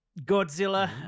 Godzilla